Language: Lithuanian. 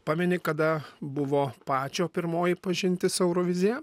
pameni kada buvo pačio pirmoji pažintis eurovizija